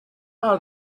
are